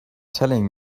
telling